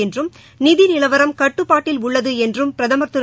என்றும் நிதிநிலவரம் கட்டுப்பாட்டில் உள்ளது என்றும் பிரதமர் திரு